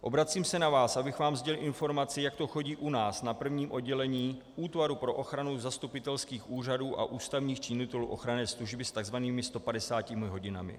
Obracím se na vás, abych vám sdělil informaci, jak to chodí u nás na prvním oddělení Útvaru pro ochranu zastupitelských úřadů a ústavních činitelů ochranné služby s takzvanými 150 hodinami.